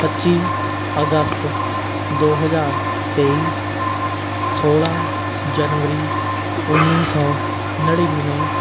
ਪੱਚੀ ਅਗਸਤ ਦੋ ਹਜ਼ਾਰ ਤੇਈ ਸੋਲ੍ਹਾਂ ਜਨਵਰੀ ਉੱਨੀ ਸੌ ਨੜਿਨਵੇਂ